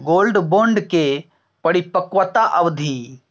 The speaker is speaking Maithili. गोल्ड बोंड के परिपक्वता अवधि?